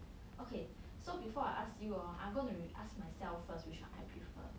okay so before I ask you hor I'm going to ask myself first which one I prefer